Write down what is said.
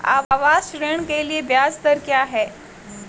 आवास ऋण के लिए ब्याज दर क्या हैं?